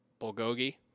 bulgogi